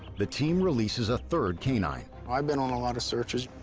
the team releases a third canine. i've been on a lot of searches.